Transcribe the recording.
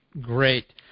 Great